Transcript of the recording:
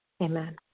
Amen